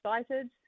excited